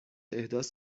احداث